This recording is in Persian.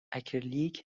اکریلیک